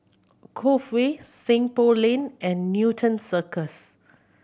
Cove Way Seng Poh Lane and Newton Cirus